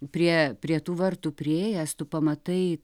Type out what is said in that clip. prie prie tų vartų priėjęs tu pamatai